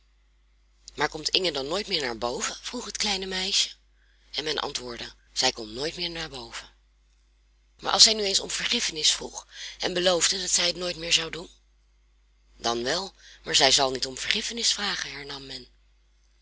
maar komt inge dan nooit meer naar boven vroeg het kleine meisje en men antwoordde zij komt nooit meer naar boven maar als zij nu eens om vergiffenis vroeg en beloofde dat zij het nooit weer zou doen dan wel maar zij zal niet om vergiffenis vragen hernam men